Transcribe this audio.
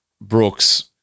Brooks